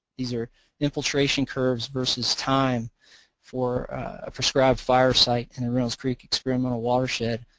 these are infiltration curves versus time for a prescribed fire site in the reynolds creek experimental watershed.